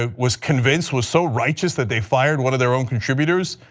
ah was convinced was so righteous that they fired one of their own contributors?